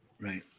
right